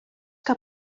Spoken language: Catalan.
que